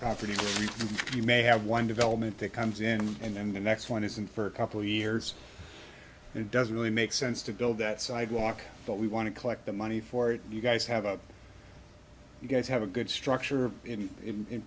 property you may have one development that comes in and then the next one isn't for a couple of years and it doesn't really make sense to build that sidewalk but we want to collect the money for it and you guys have a you guys have a good structure in